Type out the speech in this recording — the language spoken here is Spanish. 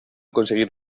conseguir